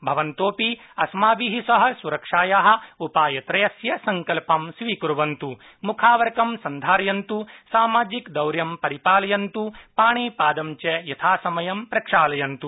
भवन्तोऽपि अस्माभि सह सुरक्षाया उपायत्रयस्य सड्कल्प स्वीक्वन्त् मुखावरकं सन्धारयन्त् सामाजिकद्रता परिपालयन्तु पाणिपादं च यथासमयं प्रक्षालयन्तु